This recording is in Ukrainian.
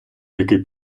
який